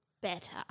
better